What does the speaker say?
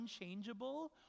unchangeable